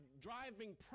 driving